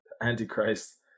antichrist